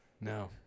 No